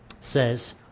says